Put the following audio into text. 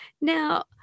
Now